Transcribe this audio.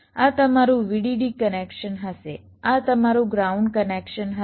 આ તમારું VDD connection હશે આ તમારું ગ્રાઉન્ડ કનેક્શન હશે